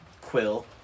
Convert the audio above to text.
quill